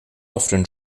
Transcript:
often